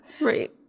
Right